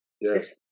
Yes